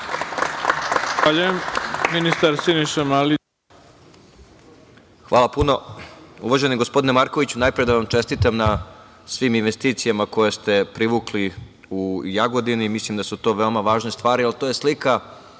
Hvala puno. Uvaženi gospodine Markoviću, najpre da vam čestitam na svim investicijama koje ste privukli u Jagodini. Mislim da su to veoma važne stvari. Ali, to je slika